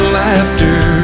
laughter